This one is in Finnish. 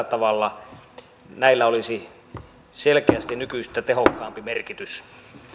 tavalla näillä olisi selkeästi nykyistä tehokkaampi merkitys